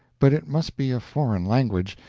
but it must be a foreign language,